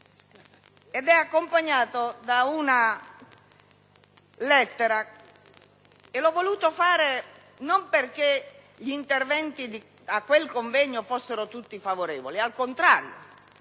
ed è accompagnato da una lettera. L'ho voluto fare non perché gli interventi a quel convegno fossero tutti favorevoli. Al contrario!